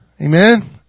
Amen